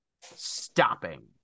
stopping